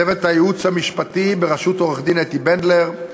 צוות הייעוץ המשפטי בראשות עורכת-הדין אתי בנדלר,